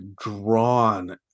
drawn